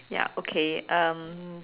ya okay um